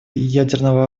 ядерного